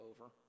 over